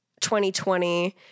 2020